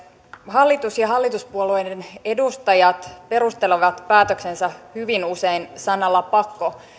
hallitus ja hallituspuolueiden edustajat perustelevat päätöksensä hyvin usein sanalla pakko